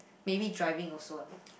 maybe driving also ah